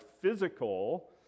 physical